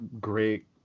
great